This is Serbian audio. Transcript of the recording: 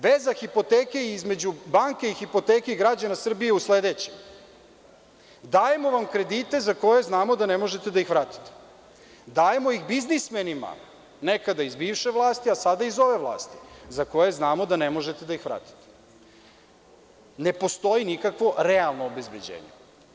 Veza hipoteke između banke i hipoteke građana Srbije u sledećem, dajemo vam kredite za koje znamo da ne možete da ih vratite, dajemo ima biznismenima, nekada iz bivše vlasti, a sada iz ove vlasti, za koje znamo da ne možete da ih vratite. ne postoji nikakvo realno obezbeđenje.